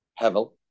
Hevel